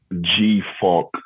G-Funk